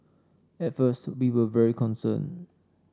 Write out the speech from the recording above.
at first we were very concerned